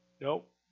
Nope